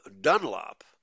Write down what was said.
Dunlop